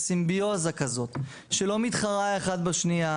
סימביוזה כזאת שלא מתחרה על אותם משאבים,